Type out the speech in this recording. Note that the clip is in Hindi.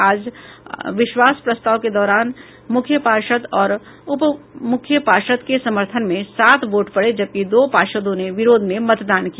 आज विश्वास प्रस्ताव के दौरान मुख्य पार्षद और उप मुख्य पार्षद के समर्थन में सात वोट पड़े जबकि दो पार्षदों ने विरोध में मतदान किया